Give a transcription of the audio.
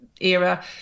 era